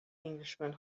englishman